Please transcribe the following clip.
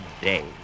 day